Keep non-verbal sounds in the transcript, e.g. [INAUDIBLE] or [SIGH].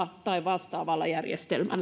tai vastaavalla järjestelmällä [UNINTELLIGIBLE]